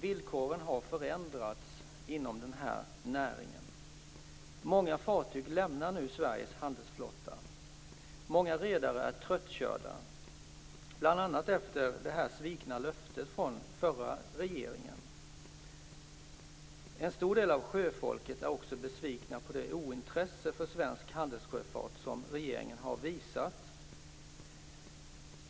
Villkoren har förändrats inom den här näringen. Många redare är tröttkörda, bl.a. efter det här svikna löftet från den förra regeringen. En stor del av sjöfolket är också besviken på det ointresse för svensk handelssjöfart som regeringen har visat.